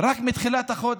רק מתחילת החודש.